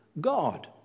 God